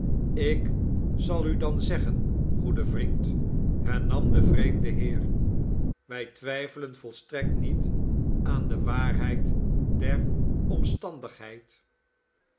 ik zal u dan zeggen goede vriendl hernam de vreemde heer wij twijfelen volstrekt niet aan de waarheid der omstandigheid